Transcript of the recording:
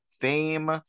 fame